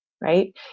right